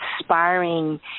inspiring